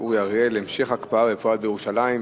אורי אריאל: המשך ההקפאה בפועל בירושלים,